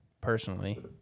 personally